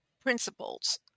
principles